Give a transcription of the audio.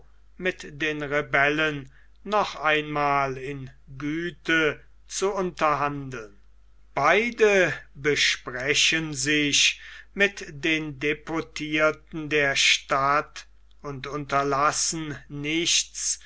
mit den rebellen noch einmal in güte zu unterhandeln beide besprechen sich mit den deputierten der stadt und unterlassen nichts